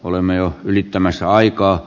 olemme jo ylittämässä aikaa